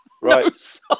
Right